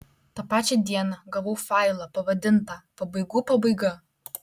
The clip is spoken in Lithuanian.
tą pačią dieną gavau failą pavadintą pabaigų pabaiga